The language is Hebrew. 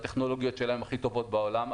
הטכנולוגיות שלה הכי טובות בעולם,